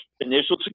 initial